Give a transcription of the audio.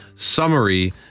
Summary